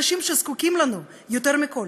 ואלה האנשים שזקוקים לנו יותר מכול.